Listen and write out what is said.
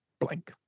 blank